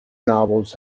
novels